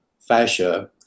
fascia